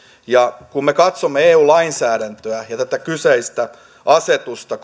ja kun me katsomme eu lainsäädäntöä ja tätä kyseistä asetusta